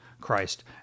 Christ